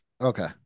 Okay